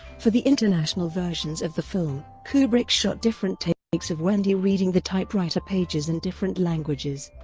for the international versions of the film, kubrick shot different takes of wendy reading the typewriter pages in different languages.